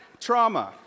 Trauma